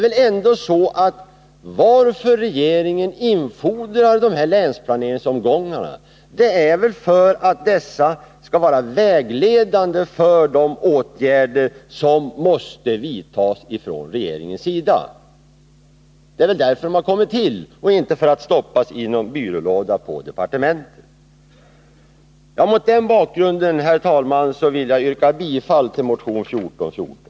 Anledningen till att regeringen infordrar de här länsplaneringsomgångarna är väl att de skall vara vägledande när det gäller de åtgärder som måste vidtas från regeringens sida. Det är väl därför de har kommit till, och inte för att stoppas i någon byrålåda på departementet. Mot denna bakgrund, herr talman, vill jag yrka bifall till motion 1414.